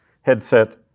headset